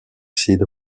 sid